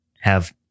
have-